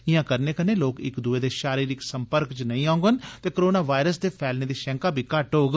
इयां करने कन्नै लोक इक दूए दे शारीरिक सम्पर्क च नेई औंडन ते कोरोनावायरस दे फैलने दी शैंका बी घट्ट होग